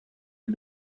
who